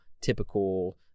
typical